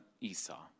Esau